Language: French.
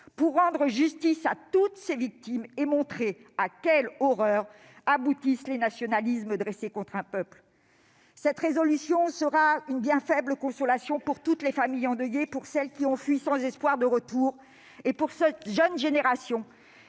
pour rendre justice à toutes ses victimes et montrer à quelle horreur aboutissent les nationalismes dressés contre un peuple. Cette résolution sera une bien faible consolation pour toutes les familles endeuillées, pour celles qui ont fui sans espoir de retour et pour cette jeune génération